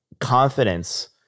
confidence